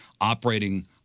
operating